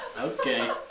Okay